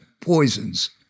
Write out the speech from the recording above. poisons